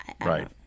Right